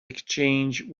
exchange